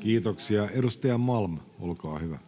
Kiitoksia. — Edustaja Malm, olkaa hyvä.